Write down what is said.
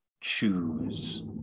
choose